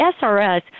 SRS